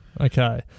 Okay